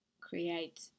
create